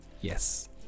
Yes